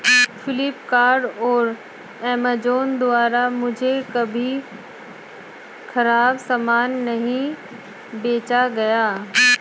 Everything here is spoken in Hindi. फ्लिपकार्ट और अमेजॉन द्वारा मुझे कभी खराब सामान नहीं बेचा गया